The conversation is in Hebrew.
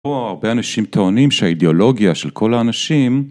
פה הרבה אנשים טוענים שהאידיאולוגיה של כל האנשים